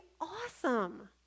awesome